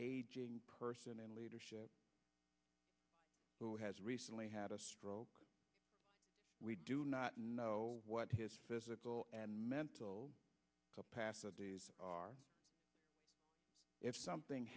person in leadership who has recently had a stroke we do not know what his physical and mental capacities are if something